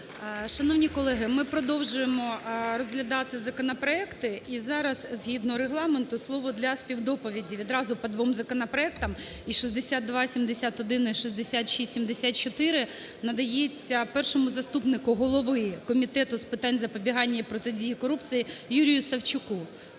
Шановні колеги, ми продовжуємо розглядати законопроекти. І зараз згідно Регламенту слово для співдоповіді відразу по двом законопроектам: і 6271, і 6674 – надається першому заступнику голови Комітету з питань запобігання і протидії корупції Юрію Савчуку.